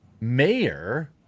mayor